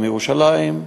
ירושלים,